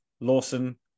Lawson